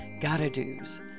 gotta-dos